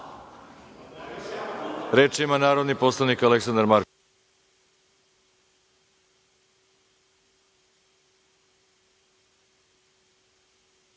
ima narodni poslanik Aleksandar Marković.